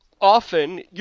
often